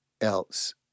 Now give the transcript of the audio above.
else